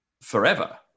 forever